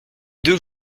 deux